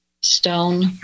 stone